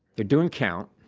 they're doing count